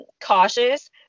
cautious